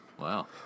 Wow